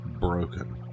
broken